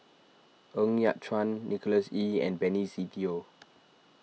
Ng Yat Chuan Nicholas Ee and Benny Se Teo